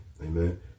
Amen